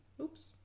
Oops